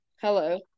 Hello